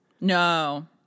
No